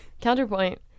counterpoint